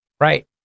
Right